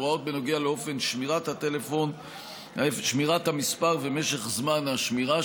הוראות בנוגע לאופן שמירת מספר הטלפון ומשך שמירתו,